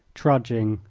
trudging,